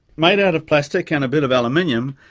made out of plastic and a bit of aluminium,